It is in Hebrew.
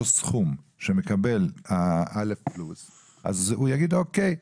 הסכום שמקבלים א+ הוא יגיד: "אוקיי".